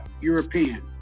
european